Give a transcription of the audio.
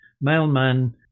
Mailman